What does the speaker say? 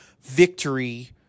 victory